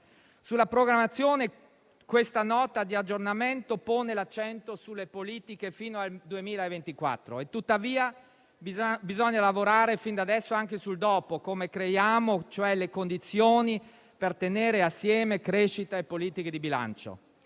Sulla programmazione questa Nota di aggiornamento pone l'accento sulle politiche fino al 2024, e tuttavia bisogna lavorare fin da adesso anche sul dopo, come creare, cioè, le condizioni per tenere assieme crescita e politiche di bilancio.